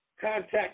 Contact